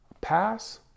pass